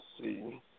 see